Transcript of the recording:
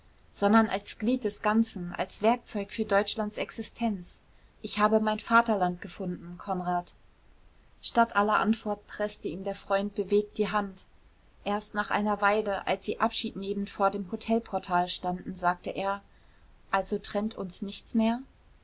sondern als glied des ganzen als werkzeug für deutschlands existenz ich habe mein vaterland gefunden konrad statt aller antwort preßte ihm der freund bewegt die hand erst nach einer weile als sie abschiednehmend vor dem hotelportal standen sagte er also trennt uns nichts mehr